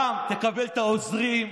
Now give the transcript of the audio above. גם תקבל את העוזרים.